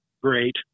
great